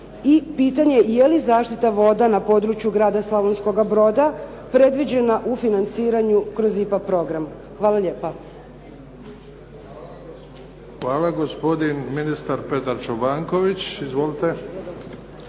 i pitanje, jeli zaštita voda na području Grada Slavonskoga Broda predviđena u financiranju kroz IPA program? Hvala lijepa. **Bebić, Luka (HDZ)** Hvala. Gospodin ministar Petar Čobanković. Izvolite.